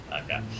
Okay